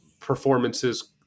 performances